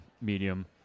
medium